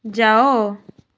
ଯାଅ